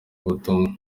ubutumwa